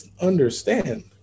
understand